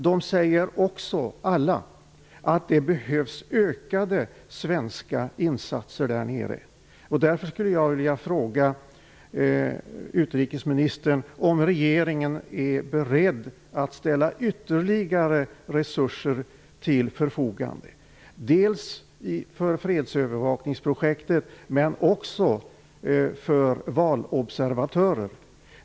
De säger alla att det behövs ökade svenska insatser där nere. Jag skulle därför vilja fråga utrikesministern om regeringen är beredd att ställa ytterligare resurser till förfogande -- dels för fredsövervakningsprojektet, men också för valobservatörer.